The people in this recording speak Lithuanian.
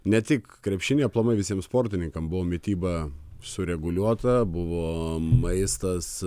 ne tik krepšinį aplamai visiems sportininkam buvo mityba sureguliuota buvo maistas